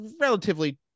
relatively